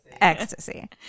ecstasy